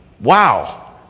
Wow